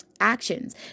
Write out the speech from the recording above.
actions